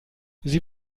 sie